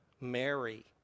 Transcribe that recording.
Mary